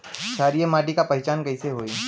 क्षारीय माटी के पहचान कैसे होई?